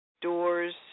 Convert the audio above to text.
doors